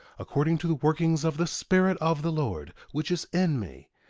according to the workings of the spirit of the lord which is in me.